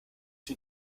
sie